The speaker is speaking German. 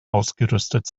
ausgerüstet